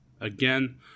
Again